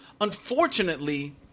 Unfortunately